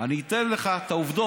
אני אתן לך את העובדות.